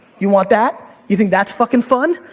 you want that? you think that's fuckin' fun?